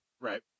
Right